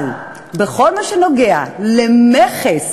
אבל בכל מה שקשור למכס,